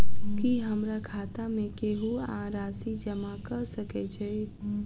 की हमरा खाता मे केहू आ राशि जमा कऽ सकय छई?